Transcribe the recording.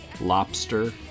lobster